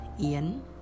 Ian